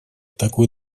такой